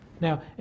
Now